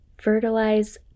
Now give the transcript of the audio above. Fertilize